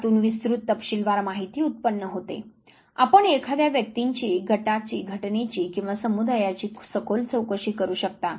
त्यातून विस्तृत तपशीलवार माहिती उत्पन्न होते आपण एखाद्या व्यक्तिंची गटाची घटनेची किंवा समुदायाची सखोल चौकशी करू शकता